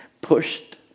pushed